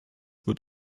wird